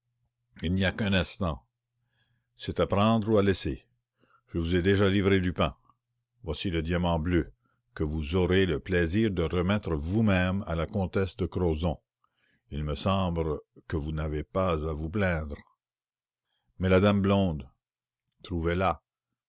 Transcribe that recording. il n'y a qu'un instant c'est à prendre ou à laisser je vous ai déjà livré lupin voici le diamant bleu que vous aurez le plaisir de remettre vous-même à la comtesse il me semble que vous n'avez pas à vous plaindre mais la dame blonde trouvez la il